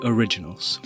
Originals